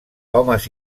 homes